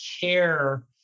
care